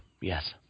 yes